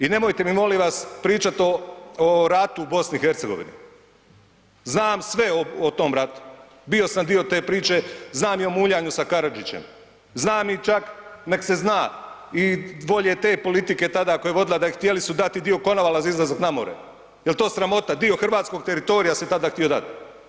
I nemojte mi molim vas pričat o ratu u BiH, znam sve o tom ratu, bio sam dio te priče, znam i o muljanju sa Karadžićem, znam i čak nek se zna i volje te politike tada koju je vodila, htjeli su dati dio Konavala za izlazak na more, jel to sramota, dio hrvatskog teritorija se tada htio dati.